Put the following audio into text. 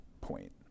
point